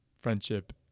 friendship